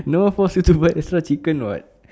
no one force you to buy extra chicken [what]